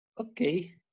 okay